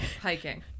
hiking